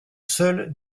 seule